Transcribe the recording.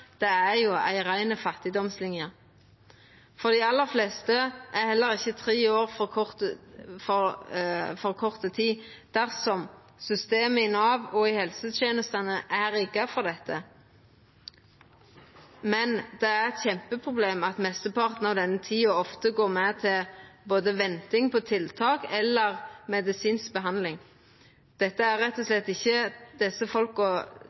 er ei rein fattigdomslinje. For dei aller fleste er heller ikkje tre år for kort tid dersom systemet i Nav og helsetenestene er rigga for dette, men det er eit kjempeproblem at mesteparten av denne tida ofte går med til venting på anten tiltak eller medisinsk behandling. Det er rett og slett ikkje desse